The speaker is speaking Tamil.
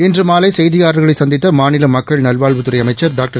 இன்றுமாலைசெய்தியாளா்களைசந்தித்தமாநிலமக்கள் நல்வாழ்வுத்துறைஅமைச்சர் டாக்டர்